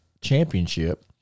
Championship